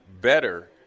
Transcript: better